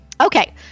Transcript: okay